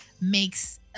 makes